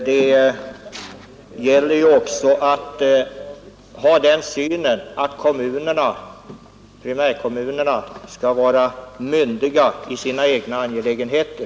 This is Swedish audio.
Herr talman! Det gäller ju också att ha den synen att primärkommunerna skall vara myndiga i sina egna angelägenheter.